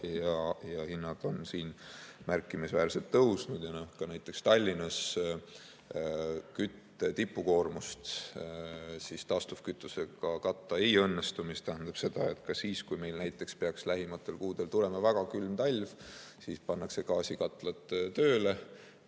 ja hinnad on seal märkimisväärselt tõusnud. Ka näiteks Tallinnas kütte tipukoormust taastuvkütusega katta ei õnnestu. See tähendab seda, et kui meil näiteks peaks lähimatel kuudel tulema väga külm talv, siis pannakse gaasikatlad tööle